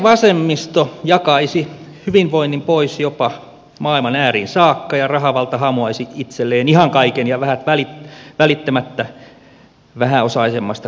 vihervasemmisto jakaisi hyvinvoinnin pois jopa maailman ääriin saakka ja rahavalta hamuaisi itselleen ihan kaiken ja vähät välittämättä vähäosaisemmasta kansanosasta